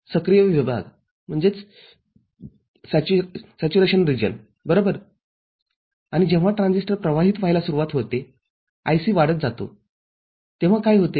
सक्रिय विभाग बरोबर आणि जेव्हा ट्रान्झिस्टर प्रवाहित व्हायला सुरुवात होते IC वाढत जातोतेव्हा काय होते